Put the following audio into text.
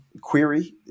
query